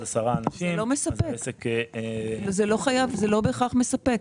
זה לא בהכרח מספק.